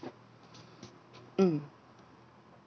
mm